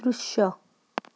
दृश्य